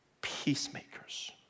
peacemakers